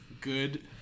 good